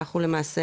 אנחנו למעשה,